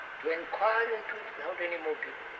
to enquire into it without any motive,